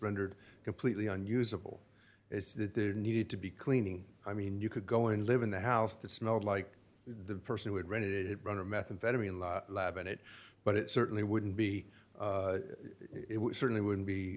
rendered completely unusable is that there needed to be cleaning i mean you could go and live in the house that smelled like the person who had rented it run or methamphetamine lab lab in it but it certainly wouldn't be certainly wouldn't be